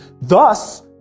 Thus